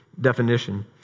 definition